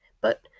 But